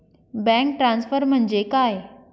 Bank transfer म्हणजे काय?